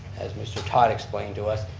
as mr. todd explained to us,